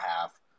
half